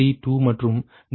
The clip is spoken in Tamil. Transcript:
0132332 மற்றும் ∆V30 0